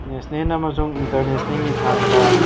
national ꯑꯃꯁꯨꯡ ꯏꯟꯇꯔꯅꯦꯁꯅꯦꯜꯒꯤ ꯊꯥꯛꯇ